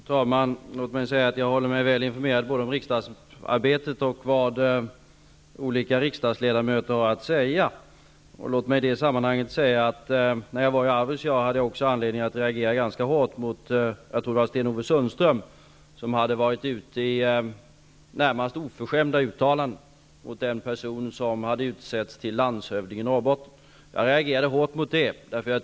Fru talman! Låt mig säga att jag håller mig väl informerad både om riksdagsarbetet och om vad olika riksdagsledamöter har att säga. Låt mig i det sammanhanget också säga, att jag när jag var i Arvidsjaur hade anledning att reagera ganska hårt mot Sten-Ove Sundström, som hade gjort närmast oförskämda uttalanden mot den person som utsetts till landshövding i Norrbotten.